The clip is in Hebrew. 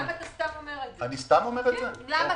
חברת הכנסת מארק, אסביר לך